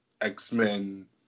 X-Men